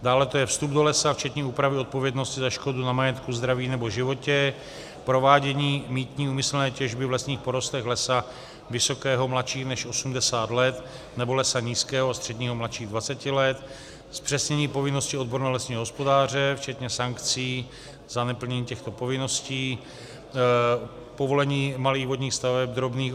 Dále je to vstup do lesa včetně úpravy odpovědnosti za škodu na majetku, zdraví nebo životě, provádění mýtní úmyslné těžby v lesních porostech lesa vysokého, mladšího než 80 let, nebo lesa nízkého, středního, mladšího 20 let, zpřesnění povinnosti odborného lesního hospodáře včetně sankcí za neplnění těchto povinností, povolení malých vodních staveb drobných.